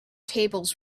tables